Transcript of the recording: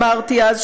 אמרתי אז,